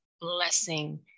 blessing